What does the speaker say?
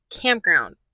campground